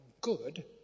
good